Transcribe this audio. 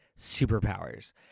superpowers